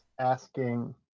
asking